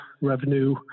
revenue